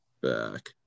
back